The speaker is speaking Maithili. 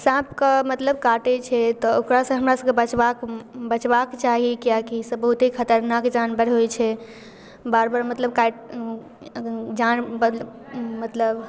साँपके मतलब काटै छै तऽ ओकरासँ हमरा सभके बचबाक बचबाक चाही किएक की ई सब बहुते खतरनाक जानवर होइ छै बार बार मतलब काटि जान मतलब